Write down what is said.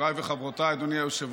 חבריי וחברותיי, אדוני היושב-ראש,